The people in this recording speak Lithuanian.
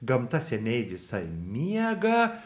gamta seniai visa miega